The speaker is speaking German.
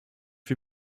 wir